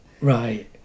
Right